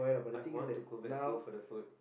I want to go back school for the food